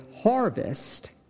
harvest